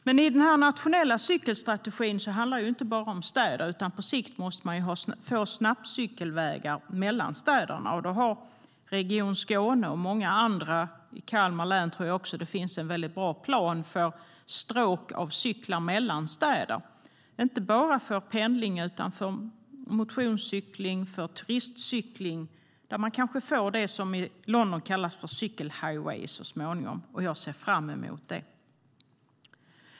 Men i den nationella cykelstrategin handlar det inte bara om städer, utan på sikt måste man få snabbcykelvägar mellan städerna. Region Skåne och många andra - jag tror att det även gäller Kalmar län - har en väldigt bra plan för cykelstråk mellan städer, inte bara för pendling utan också för motionscykling och turistcykling. Man kanske får det som i London kallas för cykel-highways så småningom. Jag ser fram emot det.